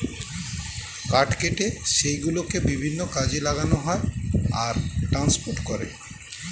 কাঠ কেটে সেই গুলোকে বিভিন্ন কাজে লাগানো হয় আর ট্রান্সপোর্ট করে